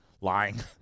lying